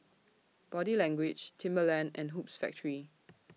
Body Language Timberland and Hoops Factory